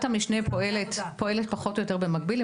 המשנה פועלת פחות או יותר במקביל.